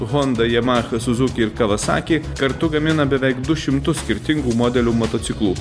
honda yamaha suzuki ir kawasaki kartu gamina beveik du šimtus skirtingų modelių motociklų